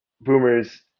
boomers